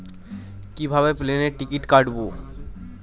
কিভাবে প্লেনের টিকিট কাটব?